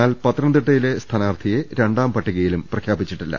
എന്നാൽ പത്തനം തിട്ടയിലെ സ്ഥാനാർത്ഥിയെ രണ്ടാംപട്ടികയിലും പ്രഖ്യാപിച്ചിട്ടില്ല